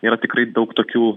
yra tikrai daug tokių